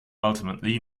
ultimately